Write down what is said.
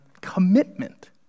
commitment